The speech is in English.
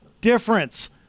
difference